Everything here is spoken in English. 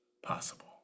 possible